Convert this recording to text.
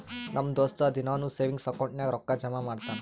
ನಮ್ ದೋಸ್ತ ದಿನಾನೂ ಸೇವಿಂಗ್ಸ್ ಅಕೌಂಟ್ ನಾಗ್ ರೊಕ್ಕಾ ಜಮಾ ಮಾಡ್ತಾನ